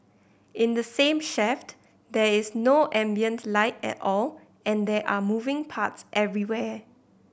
in the same shaft there is no ambient light at all and there are moving parts everywhere